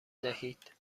دهید